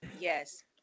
Yes